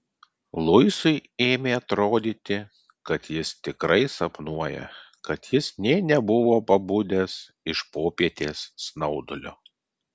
luisui ėmė atrodyti kad jis tikrai sapnuoja kad jis nė nebuvo pabudęs iš popietės snaudulio